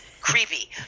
Creepy